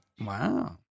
Wow